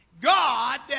God